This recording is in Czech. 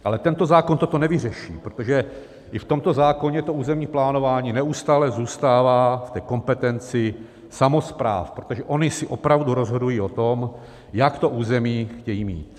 Ale tento zákon toto nevyřeší, protože i v tomto zákoně územní plánování neustále zůstává v kompetenci samospráv, protože ony si opravdu rozhodují o tom, jak to území chtějí mít.